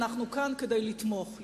אנחנו כאן כדי לתמוך.